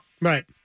Right